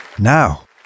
Now